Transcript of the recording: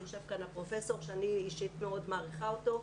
יושב כאן הפרופסור שאני אישית מאוד מעריכה אותו.